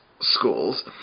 schools